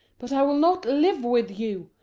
but i will not live with you!